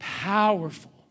Powerful